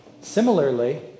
Similarly